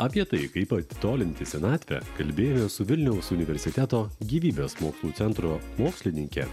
apie tai kaip atitolinti senatvę kalbėjau su vilniaus universiteto gyvybės mokslų centro mokslininke